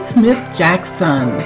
Smith-Jackson